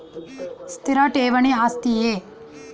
ಸ್ಥಿರ ಠೇವಣಿ ಆಸ್ತಿಯೇ?